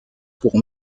pour